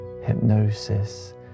hypnosis